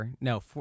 No